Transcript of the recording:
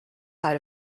side